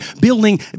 building